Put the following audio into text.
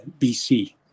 BC